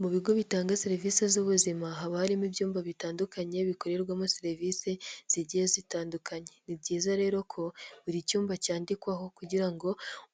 Mu bigo bitanga serivisi z'ubuzima haba harimo ibyumba bitandukanye bikorerwamo serivisi zigiye zitandukanye. Ni byiza rero ko buri cyumba cyandikwaho kugira ngo